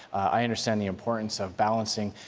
i understand the importance of balancing